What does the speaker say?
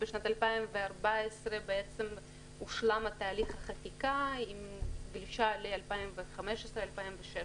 בשנת 2014 הושלם תהליך החקיקה עם דרישה ל-2015-2016.